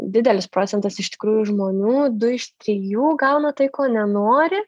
didelis procentas iš tikrųjų žmonių du iš trijų gauna tai ko nenori